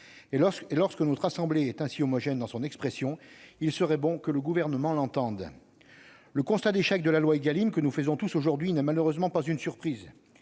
Et lorsque notre assemblée est ainsi homogène dans son expression, il serait bon que le Gouvernement l'entende. Le constat d'échec de la loi Égalim que nous faisons tous aujourd'hui n'est malheureusement pas une surprise.